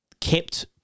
kept